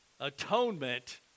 atonement